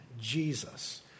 Jesus